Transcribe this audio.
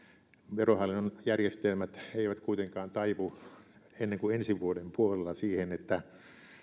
verohallinnon järjestelmät eivät kuitenkaan taivu ennen kuin ensi vuoden puolella siihen että